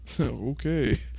Okay